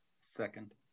Second